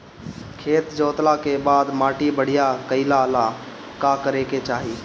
खेत जोतला के बाद माटी बढ़िया कइला ला का करे के चाही?